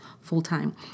full-time